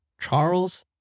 Charles